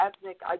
ethnic